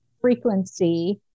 frequency